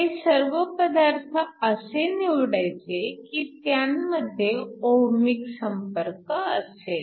हे सर्व पदार्थ असे निवडायचे की त्यांमध्ये ओहमीक संपर्क असेल